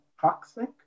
toxic